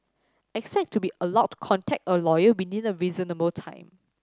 expect to be allowed to contact a lawyer within a reasonable time